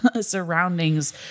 surroundings